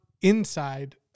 inside